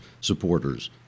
supporters